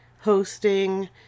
hosting